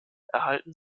erhalten